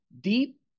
deep